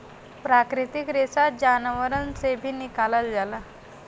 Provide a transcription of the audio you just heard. प्राकृतिक रेसा जानवरन से भी निकालल जाला